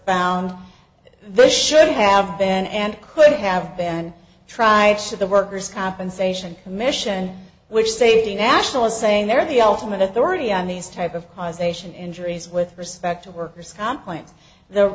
found this should have been and could have been tried should the workers compensation commission which save the national is saying they're the ultimate authority on these type of causation injuries with respect to workers comp